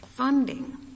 funding